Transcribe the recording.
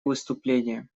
выступление